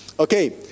okay